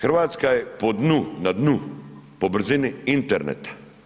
Hrvatska je po dnu, na dnu po brzini interneta.